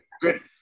good